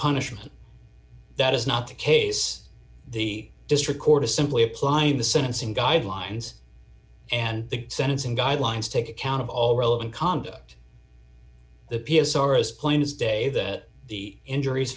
punishment that is not the case the district court is simply applying the sentencing guidelines and the sentencing guidelines take account of all relevant conduct the p s r as plain as day that the injuries